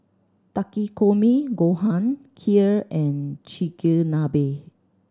Takikomi Gohan Kheer and Chigenabe